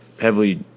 heavily